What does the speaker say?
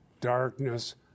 darkness